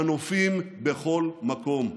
מנופים בכל מקום.